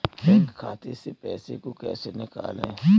Bank खाते से पैसे को कैसे निकालें?